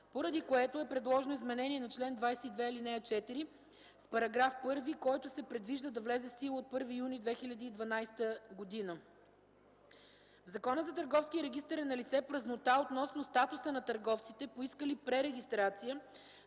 поради което е предложено изменение на чл. 22, ал. 4 с § 1, който се предвижда да влезе в сила от 1 юни 2012 г. В Закона за Търговския регистър е налице празнота относно статуса на търговците, поискали пререгистрация,